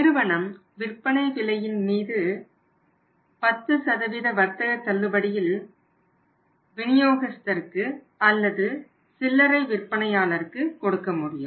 நிறுவனம் விற்பனை விலையின் மீது 10 வர்த்தக தள்ளுபடியில் விநியோகஸ்தருக்கு அல்லது சில்லறை விற்பனையாளருக்கு கொடுக்க முடியும்